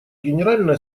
генеральная